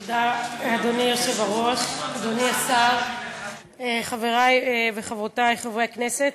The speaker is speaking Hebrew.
תודה, אדוני השר, חברי וחברותי חברי הכנסת,